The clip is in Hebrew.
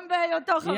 גם בהיותו חבר כנסת.